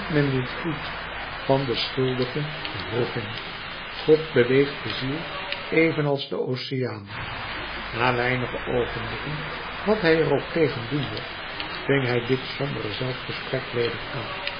vloed van den schuldige wroeging god beweegt de ziel evenals den oceaan na weinige oogenblikken wat hij er ook tegen doen mocht ving hij dit sombere zelfgesprek weder aan